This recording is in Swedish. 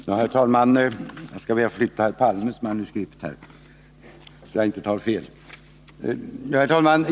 Herr talman! Jag skall be att få flytta herr Palmes manuskript, så att jag inte tar fel.